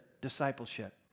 discipleship